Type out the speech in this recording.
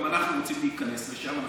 גם אנחנו רוצים להיכנס לשם.